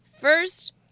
First